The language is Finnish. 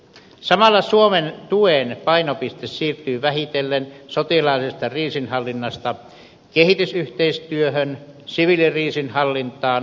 samalla suomen tuen painopiste siirtyy vähitellen sotilaallisesta kriisinhallinnasta kehitysyhteistyöhön siviilikriisinhallintaan ja koulutukseen